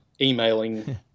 emailing